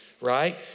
right